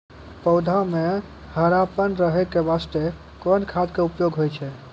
पौधा म हरापन रहै के बास्ते कोन खाद के उपयोग होय छै?